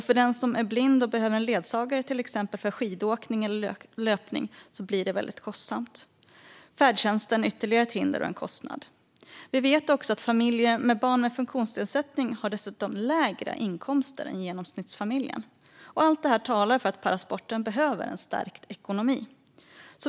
För den som är blind och behöver en ledsagare för till exempel skidåkning eller löpning blir det väldigt kostsamt. Färdtjänsten är ytterligare ett hinder och en kostnad. Vi vet också att familjer med barn med funktionsnedsättning dessutom har lägre inkomster än genomsnittsfamiljen. Allt det talar för att parasporten behöver en stärkt ekonomi.